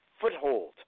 foothold